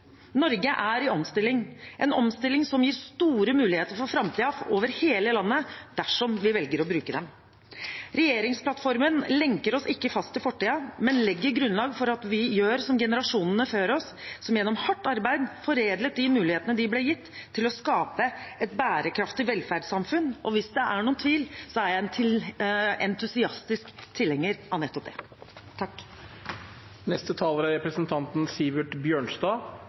Norge er i omstilling, en omstilling som gir store muligheter for framtiden over hele landet – dersom vi velger å bruke dem. Regjeringsplattformen lenker oss ikke fast i fortiden, men legger grunnlag for at vi gjør som generasjonene før oss, som gjennom hardt arbeid foredlet de mulighetene de ble gitt, til å skape et bærekraftig velferdssamfunn. Og hvis det er noen tvil, er jeg en entusiastisk tilhenger av nettopp det.